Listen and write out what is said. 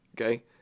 Okay